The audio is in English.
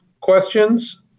questions